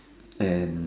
and